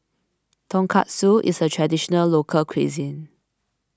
Tonkatsu is a Traditional Local Cuisine